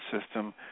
system